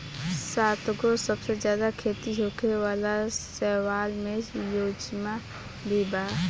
सातगो सबसे ज्यादा खेती होखे वाला शैवाल में युचेमा भी बा